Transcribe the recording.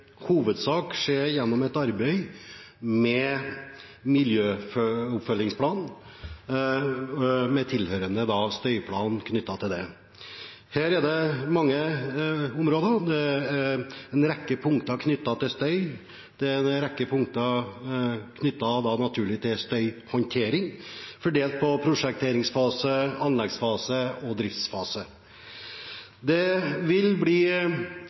hovedsak skje gjennom et arbeid med miljøoppfølgingsplanen, med en tilhørende støyplan. Her er det mange områder. Det er en rekke punkter om støy og støyhåndtering, fordelt på en prosjekteringsfase, en anleggsfase og en driftsfase. Det vil bli